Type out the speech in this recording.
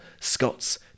Scots